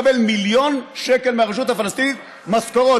הוא היה מקבל מיליון שקל מהרשות הפלסטינית משכורות.